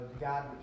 God